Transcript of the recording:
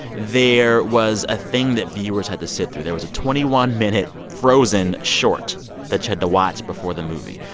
there was a thing that viewers had to sit through. there was a twenty one minute frozen short that you had to watch before the movie.